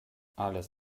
alles